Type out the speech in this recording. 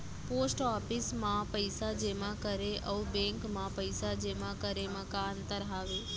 post office मा पइसा जेमा करे अऊ बैंक मा पइसा जेमा करे मा का अंतर हावे